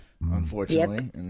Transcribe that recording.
unfortunately